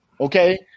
Okay